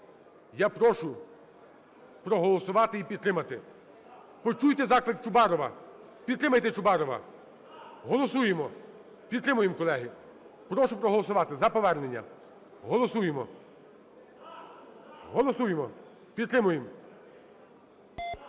я прошу проголосувати і підтримати. Почуйте заклик Чубарова, підтримайте Чубарова. Голосуємо, підтримуємо, колеги. Прошу проголосувати за повернення. Голосуємо! Голосуємо, підтримуємо.